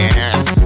Yes